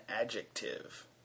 adjective